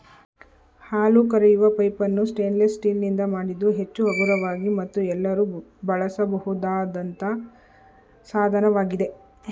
ಹಾಲು ಕರೆಯುವ ಪೈಪನ್ನು ಸ್ಟೇನ್ಲೆಸ್ ಸ್ಟೀಲ್ ನಿಂದ ಮಾಡಿದ್ದು ಹೆಚ್ಚು ಹಗುರವಾಗಿ ಮತ್ತು ಎಲ್ಲರೂ ಬಳಸಬಹುದಾದಂತ ಸಾಧನವಾಗಿದೆ